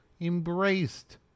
embraced